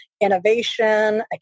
innovation